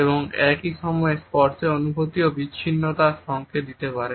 এবং একই সময়ে স্পর্শের অনুপস্থিতিও বিচ্ছিন্নতার সংকেত দিতে পারে